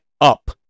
up